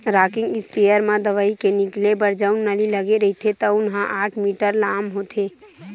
rocking इस्पेयर म दवई के निकले बर जउन नली लगे रहिथे तउन ह आठ मीटर लाम होथे